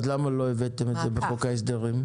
ולמה לא הבאתם את זה בחוק ההסדרים?